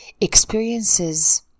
experiences